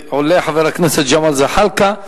עולה חבר הכנסת ג'מאל זחאלקה.